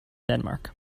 denmark